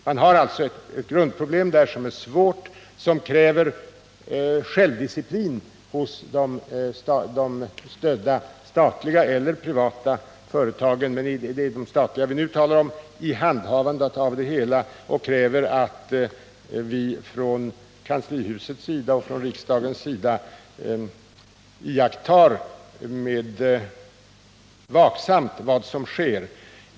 Man har alltså ett grundproblem som är svårt och som kräver självdisciplin hos de stödda statliga eller privata företagen — det är de statliga vi nu talar om — i handhavandet av det hela, och från kanslihusets och riksdagens sida måste vi med vaksamhet iaktta vad som sker.